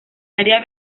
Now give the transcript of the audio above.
área